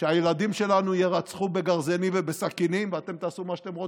שהילדים שלנו יירצחו בגרזינים ובסכינים ואתם תעשו מה שאתם רוצים,